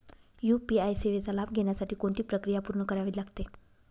UPI सेवेचा लाभ घेण्यासाठी कोणती प्रक्रिया पूर्ण करावी लागते?